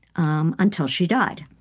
um until she died